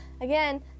again